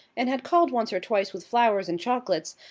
and had called once or twice with flowers and chocolates,